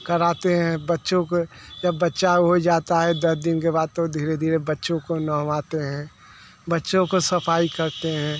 कराते हैं बच्चों को जब बच्चा हो जाता है दस दिन के बाद तो धीरे धीरे बच्चों को नहलाते हैं बच्चों की सफ़ाई करते हैं